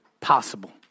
possible